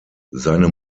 seine